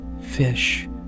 fish